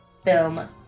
Film